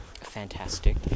fantastic